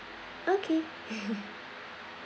okay